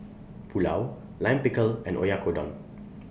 Pulao Lime Pickle and Oyakodon